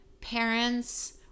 parents